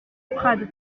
prades